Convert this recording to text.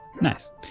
Nice